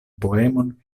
poemon